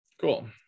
cool